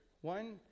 One